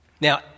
Now